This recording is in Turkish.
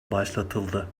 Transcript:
başlatıldı